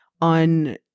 on